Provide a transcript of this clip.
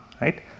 right